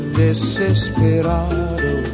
desesperado